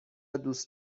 دوست